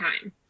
time